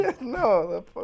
No